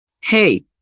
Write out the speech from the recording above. hey